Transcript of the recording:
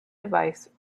device